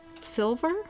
Silver